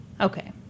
Okay